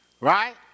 right